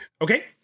Okay